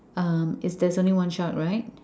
uh is there is only one shark right